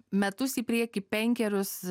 metus į priekį penkerius